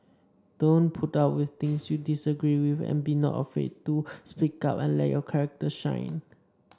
don't put up with things you disagree with and be not afraid to speak up and let your character shine